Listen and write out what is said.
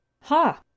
Ha